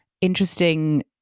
interesting